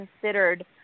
considered